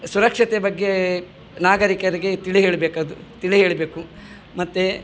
ಸುರಕ್ಷತೆ ಬಗ್ಗೆ ನಾಗರಿಕರಿಗೆ ತಿಳಿ ಹೇಳಬೇಕದು ತಿಳಿ ಹೇಳಬೇಕು ಮತ್ತೆ